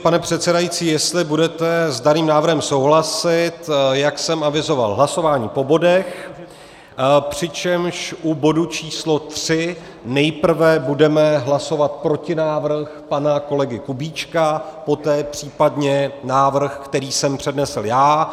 Pane předsedající, jestli budete s daným návrhem souhlasit, jak jsem avizoval, hlasování po bodech, přičemž u bodu číslo III nejprve budeme hlasovat protinávrh pana kolegy Kubíčka, poté případně návrh, který jsem přednesl já.